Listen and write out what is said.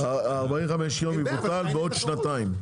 45 יום יבוטל בעוד שנתיים,